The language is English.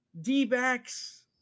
D-backs